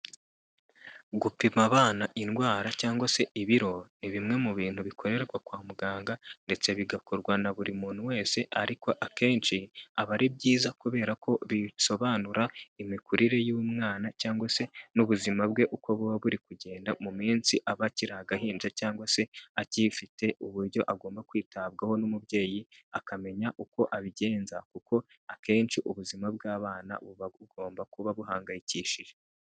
Gupima abana indwara cyangwa se ibiro, ni bimwe mu bintu bikorerwa kwa muganga ndetse bigakorwa na buri muntu wese ariko akenshi aba ari byiza kubera ko bisobanura imikurire y'umwana cyangwa se n'ubuzima bwe uko buba buri kugenda mu minsi aba akiri agahinja cyangwa se agifite uburyo agomba kwitabwaho n'umubyeyi, akamenya uko abigenza kuko akenshi ubuzima bw'abana buba bugomba kuba buhangayikishije.